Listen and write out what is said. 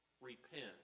Repent